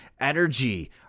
energy